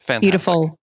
Beautiful